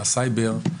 הסייבר.